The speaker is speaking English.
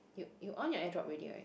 you you on your airdrop already right